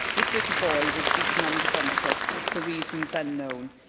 this little boy was beaten unconscious for reasons unknown,